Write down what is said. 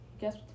Guess